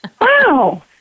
wow